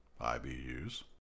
IBUs